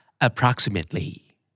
approximately